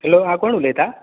hello आ कोण उलयता